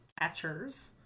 catchers